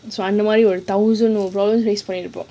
அந்த மாறி:antha maari thousand over face பண்ணி இருக்கோம்:panni irukkom